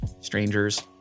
strangers